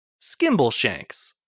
Skimbleshanks